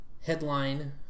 headline